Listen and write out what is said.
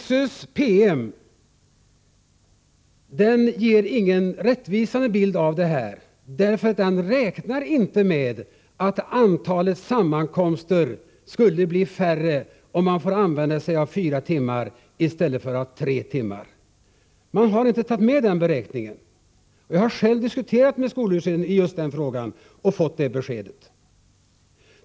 SÖ:s PM ger ingen rättvisande bild av detta, därför att det där inte räknas med att antalet sammankomster skulle bli mindre om man fick använda sig av fyra timmar i stället för tre timmar. Man har inte tagit med detta i beräkningen. Jag har själv diskuterat frågan med Sö och alltså fått detta besked.